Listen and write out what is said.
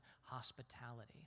hospitality